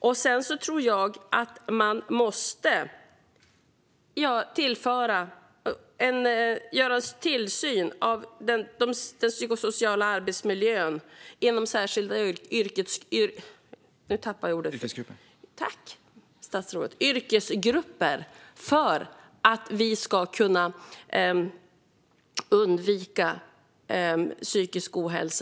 Jag tror att man måste göra en tillsyn av den psykosociala arbetsmiljön inom särskilda yrkesgrupper för att vi ska kunna undvika psykisk ohälsa.